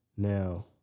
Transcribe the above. Now